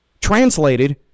translated